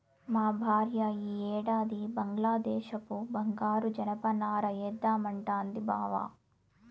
మా భార్య ఈ ఏడాది బంగ్లాదేశపు బంగారు జనపనార ఏద్దామంటాంది బావ